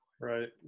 Right